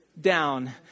down